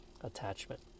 attachment